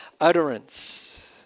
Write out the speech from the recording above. utterance